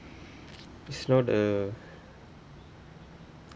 it's not a